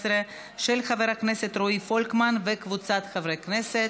33 חברי כנסת,